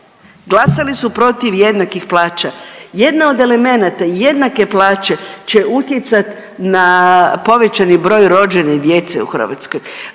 glasali su protiv jednakih plaća, jedna od elemenata je jednake plaće će utjecat na povećani broj rođene djece u Hrvatskoj.